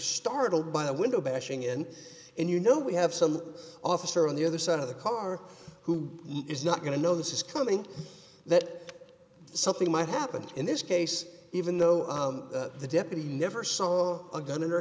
startled by a window bashing in and you know we have some officer on the other side of the car who is not going to know this is coming that something might happen in this case even though the deputy never saw a gun in he